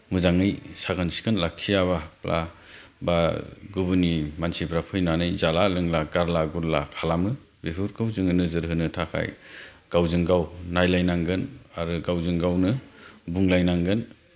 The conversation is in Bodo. मोजाङै साखोन सिखोन लाखियाबा बा बा गुबुननि मानसिफ्रा फैनानै जाला लोंला गारला गुरला खालामो बेफोरखौ जोङो नोजोर होनो थाखाय गावजों गाव नायलायनांगोन आरो गावजों गावनो बुंलायनांगोन